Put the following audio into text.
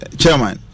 chairman